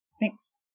Thanks